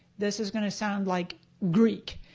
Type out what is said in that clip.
this is gonna sound like greek.